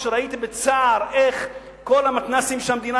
כשראיתי בצער איך כל המתנ"סים שהמדינה